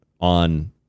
on